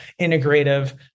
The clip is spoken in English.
integrative